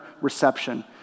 reception